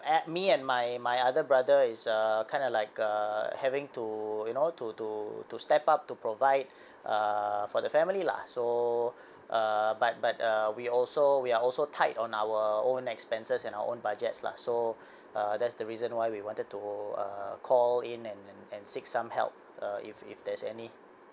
add me and my my other brother is a kind of like a having to you know to to to step up to provide err for the family lah so err but but uh we also we are also tight on our own expenses and our own budgets lah so uh that's the reason why we wanted to uh call in and and and seek some help uh if if there's any